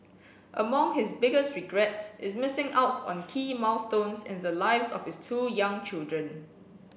among his biggest regrets is missing out on key milestones in the lives of his two young children